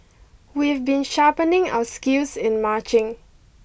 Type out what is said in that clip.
we've been sharpening our skills in marching